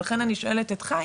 לכן אני שואלת את חי